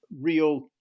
real